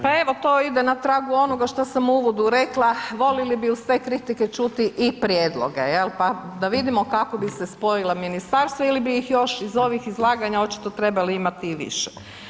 Pa evo to ide na tragu onoga što sam u uvodu rekla, voljeli bi uz te kritike čuti i prijedloge, je li, pa da vidimo kako bi se spojila ministarstva ili bi ih još, iz ovih izlaganja očito trebali imati i više.